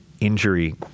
injury